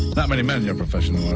not many men in your profession,